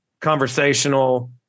conversational